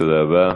תודה רבה.